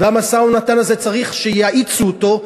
המשא-ומתן הזה צריך שיאיצו אותו,